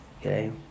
okay